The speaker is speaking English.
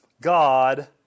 God